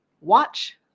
Watch